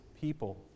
people